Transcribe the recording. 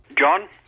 John